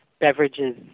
beverages